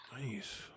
Nice